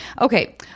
Okay